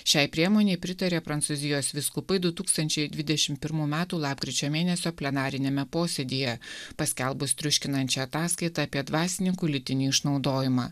šiai priemonei pritarė prancūzijos vyskupai du tūkstančiai dvidešim pirmų metų lapkričio mėn plenariniame posėdyje paskelbus triuškinančią ataskaitą apie dvasininkų lytinį išnaudojimą